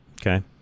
Okay